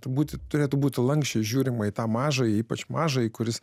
turbūt turėtų būt lanksčiai žiūrima į tą mažą ypač mažajį kuris